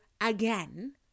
again